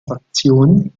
fraktion